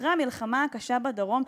אחרי המלחמה הקשה בדרום,